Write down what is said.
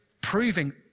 proving